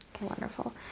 wonderful